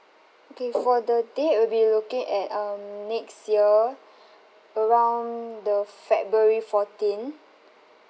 okay for the date we'll be looking at um next year around the february fourteen